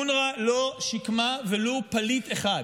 אונר"א לא שיקמה ולו פליט אחד.